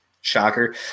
Shocker